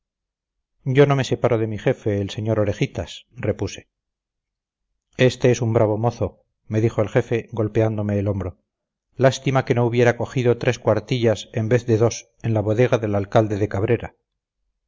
yo no me separo de mi jefe el sr orejitas repuse este es un bravo mozo me dijo el jefe golpeándome el hombro lástima que no hubiera cogido tres cuartillas en vez de dos en la bodega del alcalde de cabrera